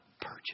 Purchase